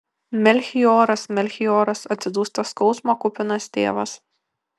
melchioras melchioras atsidūsta skausmo kupinas tėvas